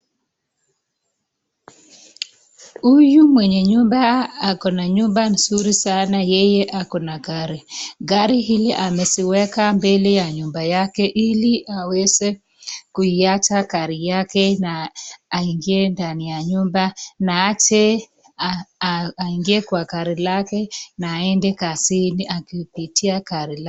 Huyu mwenye nyumba ako na nyumba mzuri sana na yeye ako na gari. Gari hili ameziweka mbele ya nyumba yake ili aweze kuicha gari yake na ingie ndani ya nyumba na aache aende kazini akipitia gari lake.